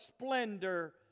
splendor